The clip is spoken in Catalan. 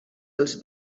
els